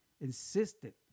Insisted